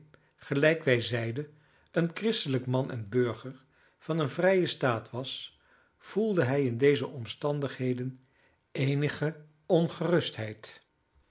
gelijk wij zeiden een christelijk man en burger van een vrijen staat was voelde hij in deze omstandigheden eenige ongerustheid